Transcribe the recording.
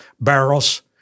barrels